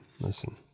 Listen